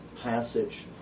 passage